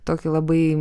tokį labai